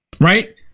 right